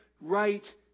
right